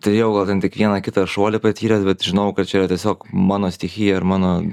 turėjau va vien tik vieną kitą šuolį patyręs bet žinojau kad čia tiesiog mano stichija ir mano